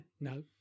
No